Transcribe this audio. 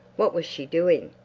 what was she doing?